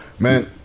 Man